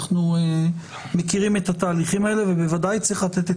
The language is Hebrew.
אנחנו מכירים את התהליכים האלה ובוודאי צריך לתת את